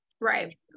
Right